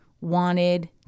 wanted